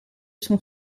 son